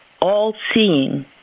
all-seeing